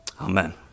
Amen